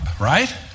right